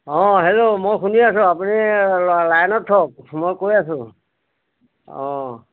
অঁ হেল্ল' মই শুনি আছোঁ আপুনি লাইনত থওক মই কৈ আছোঁ অ